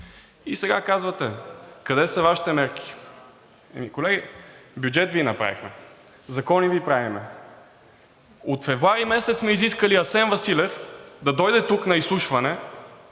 Сега казвате: къде са Вашите мерки? Колеги, бюджет Ви направихме. Закони Ви правим. От февруари месец сме изискали Асен Василев да дойде тук на изслушване,